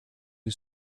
who